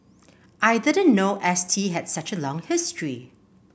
I didn't know S T has such a long history